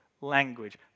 language